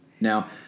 Now